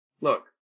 look